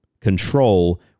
control